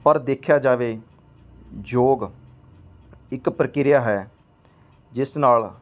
ਪਰ ਦੇਖਿਆ ਜਾਵੇ ਯੋਗ ਇੱਕ ਪ੍ਰਕਿਰਿਆ ਹੈ ਜਿਸ ਨਾਲ